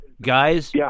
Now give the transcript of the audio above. Guys